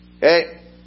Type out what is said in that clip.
hey